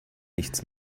nichts